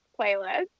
playlist